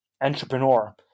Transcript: entrepreneur